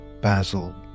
Basil